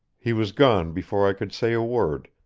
he was gone before i could say a word,